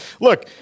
Look